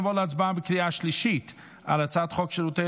נעבור להצבעה בקריאה השלישית על הצעת חוק שירותי